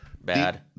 bad